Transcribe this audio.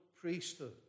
priesthood